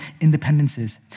independences